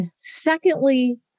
Secondly